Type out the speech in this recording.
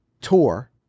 tour